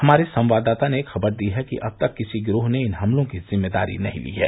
हमारे संवाददाता ने खबर दी है कि अब तक किसी गिरोह ने इन हमलों की जिम्मेदारी नहीं ली है